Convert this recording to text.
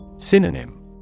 Synonym